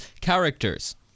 characters